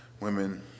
women